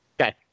Okay